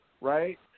right